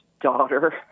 daughter